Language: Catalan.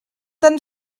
tan